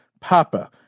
Papa